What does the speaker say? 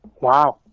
Wow